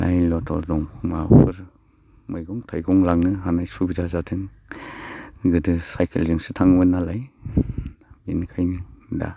लाय लथर दं माबाफोर मैगं थाइगं लांनो हानाय सुबिदा जादों गोदो साइखेलजोंसो थाङोमोन नालाय इनिखायनो दा